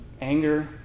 Anger